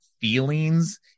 feelings